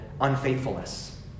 unfaithfulness